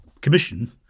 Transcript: commission